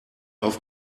auf